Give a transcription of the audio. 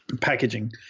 packaging